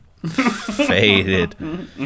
faded